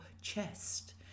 chest